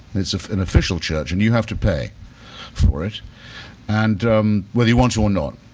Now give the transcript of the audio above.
it's an official church and you have to pay for it and whether you want to or not.